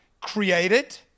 created